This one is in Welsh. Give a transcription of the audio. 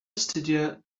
astudio